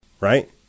Right